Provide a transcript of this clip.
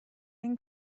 این